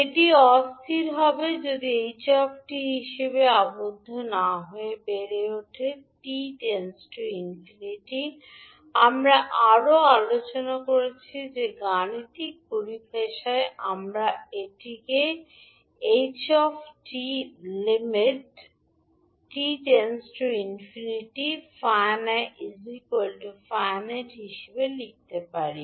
এটি অস্থির হবে যদি ℎ 𝑡 হিসাবে আবদ্ধ না হয়ে বেড়ে ওঠে 𝑡 →∞ আমরা আরও আলোচনা করেছি যে গাণিতিক পরিভাষায় আমরা এটিকে হিসাবে লিখতে পারি